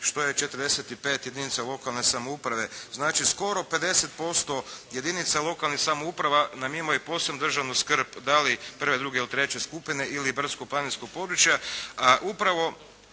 što je 45 jedinica lokalne samouprave. Znači, skoro 50% jedinica lokalnih samouprava nam imaju posebnu državnu skrb da li prve, druge ili treće skupine ili brdsko-planinskog područja.